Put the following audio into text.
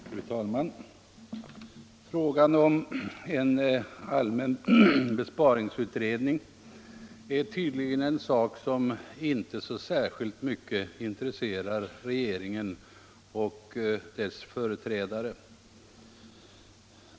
Fru talman! Frågan om en allmän besparingsutredning är tydligen en sak som inte så särskilt mycket intresserar regeringen och dess företrädare.